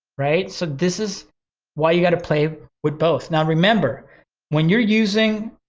right? so this is why you gotta play with both. now, remember when you're using,